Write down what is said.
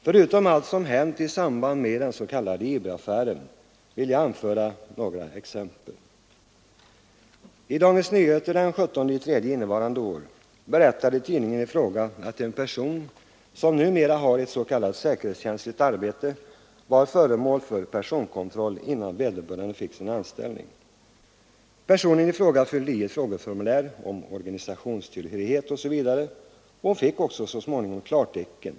Förutom allt som hänt i samband med den s.k. IB-affären vill jag anföra några exempel. I Dagens Nyheter den 17 mars innevarande år berättas att en person som numera har ett s.k. säkerhetskänsligt arbete var föremål för personkontroll innan vederbörande fick sin anställning. Personen i fråga fyllde i ett frågeformulär om organisationstillhörighet osv. och fick så småningom klartecken.